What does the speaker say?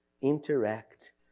interact